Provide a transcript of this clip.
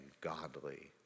godly